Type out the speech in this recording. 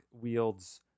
wields